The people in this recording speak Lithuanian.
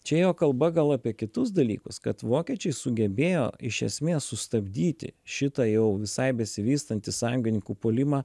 čia ėjo kalba gal apie kitus dalykus kad vokiečiai sugebėjo iš esmės sustabdyti šitą jau visai besivystantį sąjungininkų puolimą